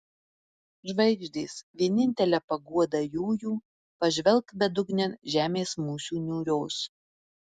žvaigždės vienintele paguoda jųjų pažvelk bedugnėn žemės mūsų niūrios